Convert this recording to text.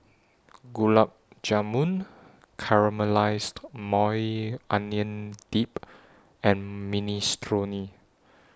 Gulab Jamun Caramelized Maui Onion Dip and Minestrone